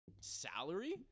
salary